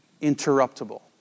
interruptible